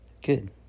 Good